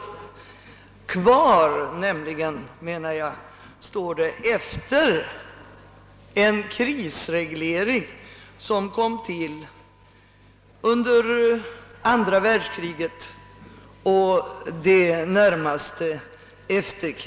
Detta redan visar att det är något fel på regeringspolitiken på <:bostadsbyggandets område.